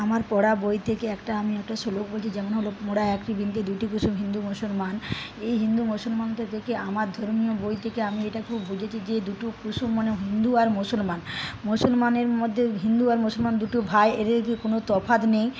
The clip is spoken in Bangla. আমার পড়া বই থেকে একটা আমি একটা শ্লোক বলছি যেমন হল মোরা একই বৃন্তে দুটি কুসুম হিন্দু মুসলমান এই হিন্দু মুসলমানদের দেখে আমার ধর্মীয় বই থেকে আমি যেটা খুব বুঝেছি যে দুটো কুসুম মানে হিন্দু আর মুসলমান মুসুলমানের মধ্যে হিন্দু আর মুসলমান দুটো ভাই এদের কোন তফাৎ নেই